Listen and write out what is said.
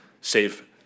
save